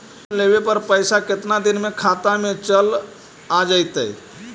Loan लेब पर पैसा कितना दिन में खाता में चल आ जैताई?